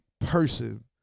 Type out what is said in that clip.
person